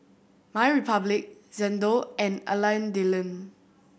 My Republic Xndo and Alain Delon